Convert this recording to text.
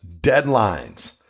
deadlines